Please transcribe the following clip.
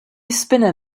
spinner